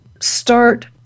start